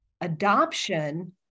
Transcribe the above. adoption